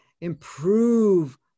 improve